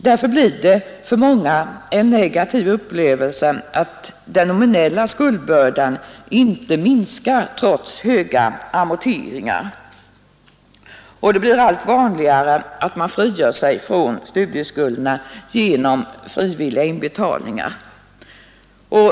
Därför blir det för många en negativ upplevelse att den nominella skuldbördan inte minskar trots höga amorteringar. Det blir allt vanligare att man frigör sig från studieskulderna genom frivilliga inbetalningar.